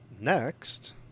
next